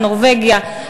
נורבגיה,